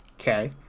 Okay